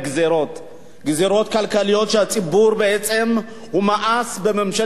גזירות כלכליות, והציבור מאס בממשלת הליכוד-ש"ס.